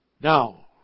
Now